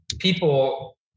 People